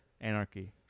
Anarchy